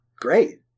great